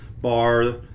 bar